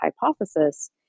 hypothesis